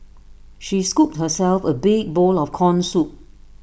she scooped herself A big bowl of Corn Soup